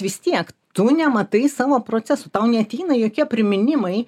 vis tiek tu nematai savo procesų tau neateina jokie priminimai